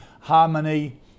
Harmony